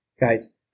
Guys